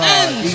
end